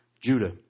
Judah